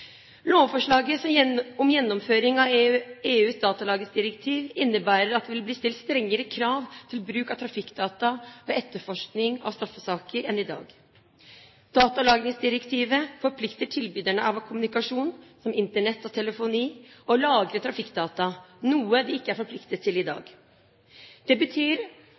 Lovforslaget om gjennomføring av EUs datalagringsdirektiv innebærer at det vil bli stilt strengere krav enn i dag til bruk av trafikkdata ved etterforskning av straffesaker. Datalagringsdirektivet forplikter tilbyderne av kommunikasjon som Internett og telefoni å lagre trafikkdata, noe de ikke er forpliktet til i dag. Det betyr